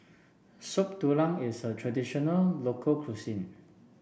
Soup Tulang is a traditional local cuisine